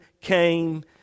came